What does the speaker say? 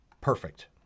perfect